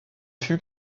fut